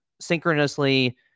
synchronously